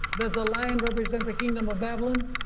does the lion represents the kingdom of babylon?